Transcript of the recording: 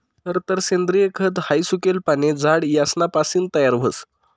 खरतर सेंद्रिय खत हाई सुकेल पाने, झाड यासना पासीन तयार व्हस